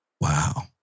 Wow